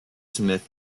smith